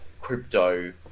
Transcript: crypto